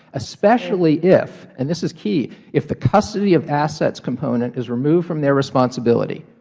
especially if and this is key if the custody of assets component is removed from their responsibility,